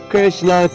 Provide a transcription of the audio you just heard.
Krishna